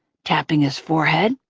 tapping his forehead.